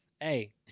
hey